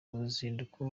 uruzinduko